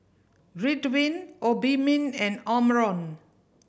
Ridwind Obimin and Omron